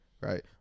right